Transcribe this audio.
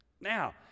Now